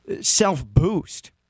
self-boost